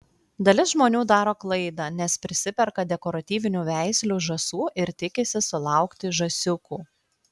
dalis žmonių daro klaidą nes prisiperka dekoratyvinių veislių žąsų ir tikisi sulaukti žąsiukų